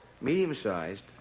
Medium-sized